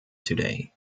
today